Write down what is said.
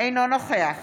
אינו נוכח